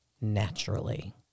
naturally